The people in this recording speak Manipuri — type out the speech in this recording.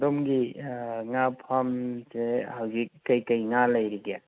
ꯑꯗꯣꯝꯒꯤ ꯉꯥ ꯐꯥꯔꯝꯁꯦ ꯍꯧꯖꯤꯛ ꯀꯩ ꯀꯩ ꯉꯥ ꯂꯩꯔꯤꯒꯦ